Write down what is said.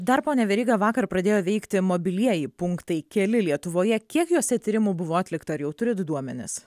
dar pone veryga vakar pradėjo veikti mobilieji punktai keli lietuvoje kiek juose tyrimų buvo atlikta ar jau turit duomenis